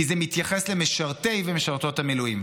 כי זה מתייחס למשרתי ומשרתות המילואים.